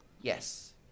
Yes